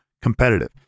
competitive